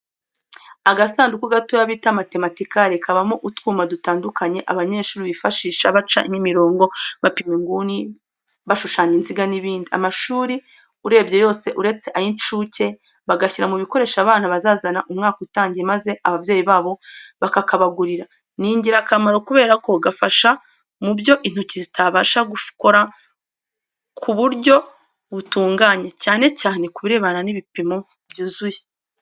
Agasanduku gatoya bita "Mathematical" kabamo utwuma dutandukanye abanyeshuri bifashisha baca nk'imirongo, bapima inguni, bashushanya inziga n'ibindi. Amashuri urebye yose, uretse ay'incuke, bagashyira mu bikoresho abana bazazana umwaka utangiye maze ababyeyi babo bakakabagurira. Ni ingirakamaro kubera ko gafasha mu byo intoki zitabasha gukora ku buryo butunganye cyane cyane ku birebana n'ibipimo byuzuye.